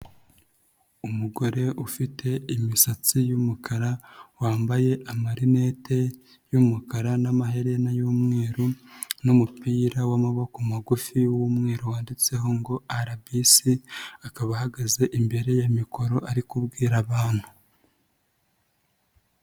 Umugore ufite imisatsi y'umukara wambaye amarinete y'umukara n'amaherena y'umweru n'umupira w'amaboko magufi w'umweru wanditseho ngo RBC, akaba ahagaze imbere ya mikoro ari kubwira abantu.